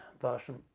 version